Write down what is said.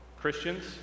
Christians